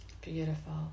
Beautiful